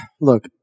look